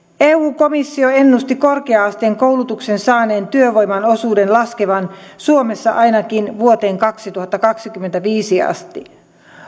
eu komissio ennusti korkea asteen koulutuksen saaneen työvoiman osuuden laskevan suomessa ainakin vuoteen kaksituhattakaksikymmentäviisi asti